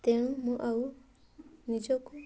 ତେଣୁ ମୁଁ ଆଉ ନିଜକୁ